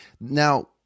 Now